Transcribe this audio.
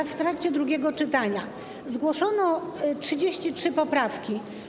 W trakcie drugiego czytania zgłoszono 33 poprawki.